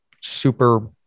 super